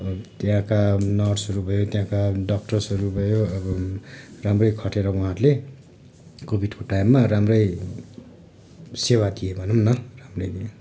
त्यहाँका नर्सहरू भयो त्यहाँका डाक्टर्सहरू भयो अब राम्रै खटेर उहाँहरूले कोभिडको टाइममा राम्रै सेवा दिए भनु पनि न राम्रै दिए